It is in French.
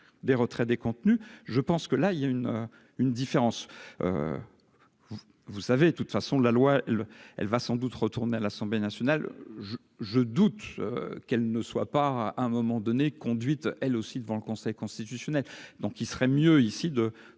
des retraits des contenus, je pense que là il y a une une différence vous savez de toute façon la loi le elle va sans doute retourner à l'Assemblée nationale, je doute qu'elle ne soit pas à un moment donné, conduite, elle aussi, devant le Conseil constitutionnel, donc il serait mieux ici de